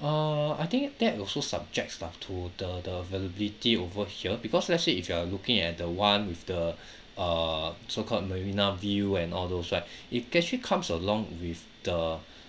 uh I think that also subjects lah to the the availability over here because let's say if you are looking at the one with the uh so called marina view and all those right it actually comes along with the